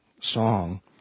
song